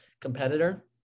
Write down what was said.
competitor